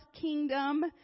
kingdom